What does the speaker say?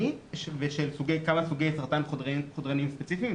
של כלל סוגי הסרטן החודרני ושל כמה סוגי סרטן חודרניים ספציפיים,